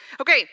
Okay